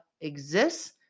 exists